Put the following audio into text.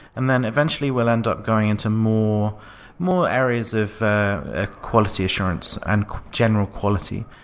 and then eventually we'll end up going into more more areas of ah quality assurance and general quality.